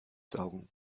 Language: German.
saugen